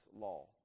law